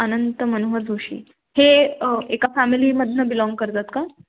अनंत मनोहर जोशी हे एका फॅमिलीमधून बिलाँग करतात का